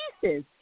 pieces